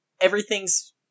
everything's-